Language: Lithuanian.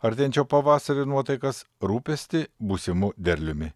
artėjančio pavasario nuotaikas rūpestį būsimu derliumi